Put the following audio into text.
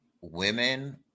women